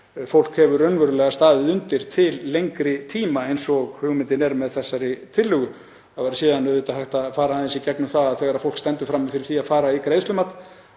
fólk hefur raunverulega staðið undir til lengri tíma eins og hugmyndin er með þessari tillögu. Það væri síðan auðvitað hægt að fara aðeins í gegnum það að þegar fólk stendur frammi fyrir því að fara í greiðslumat